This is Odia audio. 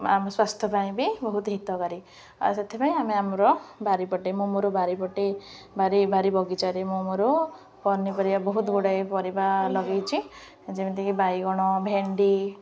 ଆ ଆମ ସ୍ୱାସ୍ଥ୍ୟ ପାଇଁ ବି ବହୁତ ହିତକାରୀ ଆଉ ସେଥିପାଇଁ ଆମେ ଆମର ବାରିପଟେ ମୁଁ ମୋର ବାରିପଟେ ବାରି ବାରି ବଗିଚାରେ ମୁଁ ମୋର ପନିପରିବା ବହୁତଗୁଡ଼େ ପରିବା ଲଗେଇଛି ଯେମିତିକି ବାଇଗଣ ଭେଣ୍ଡି